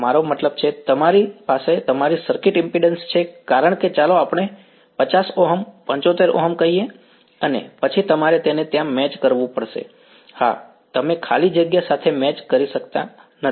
મારો મતલબ છે કે તમારી પાસે તમારી સર્કિટ ઈમ્પિડ્ન્સ છે કારણ કે ચાલો આપણે 50 ઓહ્મ 75 ઓહ્મ કહીએ અને પછી તમારે તેને ત્યાં મેચ કરવું પડશે હા તમે ખાલી જગ્યા સાથે મેચ કરી શકતા નથી